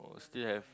still have